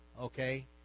Okay